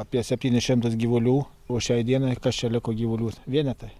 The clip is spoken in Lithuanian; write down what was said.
apie septynis šimtus gyvulių o šiai dienai kas čia liko gyvulių vienetai